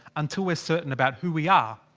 until we're certain about who we are,